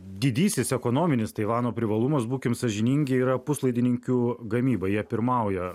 didysis ekonominis taivano privalumas būkim sąžiningi yra puslaidininkių gamyba jie pirmauja